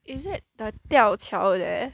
is it the 吊桥 there